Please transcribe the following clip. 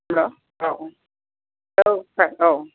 hello औ औ सार औ